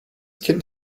kind